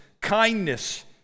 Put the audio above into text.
kindness